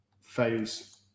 phase